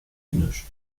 englisch